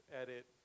edit